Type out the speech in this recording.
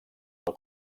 del